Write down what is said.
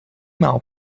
maal